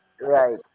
Right